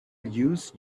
use